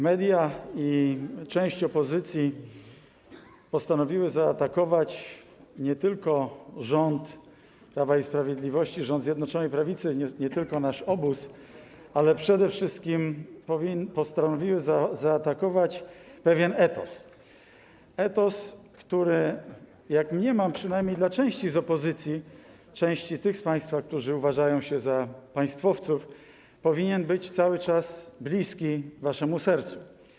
Media i część opozycji postanowiły zaatakować nie tylko rząd Prawa i Sprawiedliwości, rząd Zjednoczonej Prawicy, nie tylko nasz obóz, ale przede wszystkim postanowiły zaatakować pewien etos, etos, który jak mniemam przynajmniej dla części z opozycji, części tych z państwa, którzy uważają się za państwowców, powinien być cały czas bliski, bliski waszemu sercu.